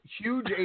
huge